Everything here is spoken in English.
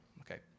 okay